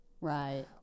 right